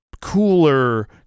cooler